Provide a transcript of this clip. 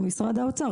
או משרד האוצר,